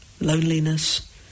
loneliness